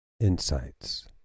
Insights